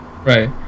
Right